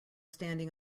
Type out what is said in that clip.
standing